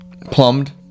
plumbed